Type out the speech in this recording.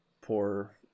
poor